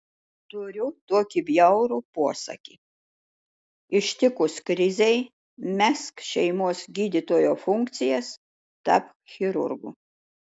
turiu tokį bjaurų posakį ištikus krizei mesk šeimos gydytojo funkcijas tapk chirurgu